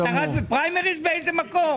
אתה רץ לפריימריז באיזה מקום?